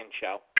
show